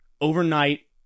overnight